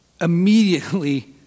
immediately